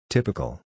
Typical